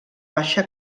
baixa